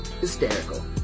hysterical